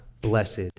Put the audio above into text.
blessed